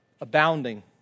abounding